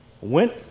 went